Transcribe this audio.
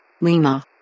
Lima